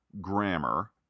grammar